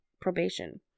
probation